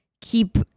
keep